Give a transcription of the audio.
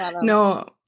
No